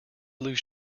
lose